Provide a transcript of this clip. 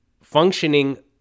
functioning